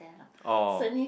oh